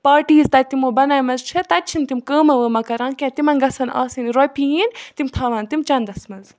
parties تَتہِ تِمو بَنایمَژٕ چھِ تَتہِ چھِنہٕ تِم کٲمہ وٲمَہ کَران کینٛہہ تِمَن گَژھَن آسٕنۍ رۄپِیہِ یِنۍ تِم تھاوان تِم چَندَس مَنٛز